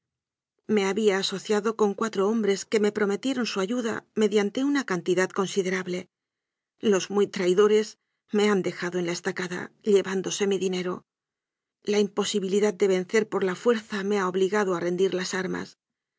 me había asociado con cuatro hombres que me prometieron su ayuda mediante una cantidad considerable los muy traidores me han de jado en la estacada llevándose mi dinero la im posibilidad de vencer por la fuerza me ha obliga do a rendir las armas